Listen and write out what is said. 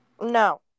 No